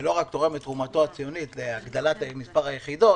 ולא רק תורם את תרומתו הציונית להגדלת מספר היחידות